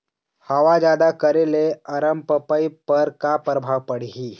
हवा जादा करे ले अरमपपई पर का परभाव पड़िही?